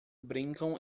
brincam